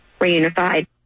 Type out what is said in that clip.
reunified